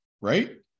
right